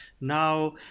Now